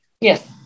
Yes